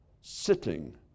sitting